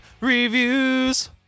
Reviews